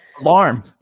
alarm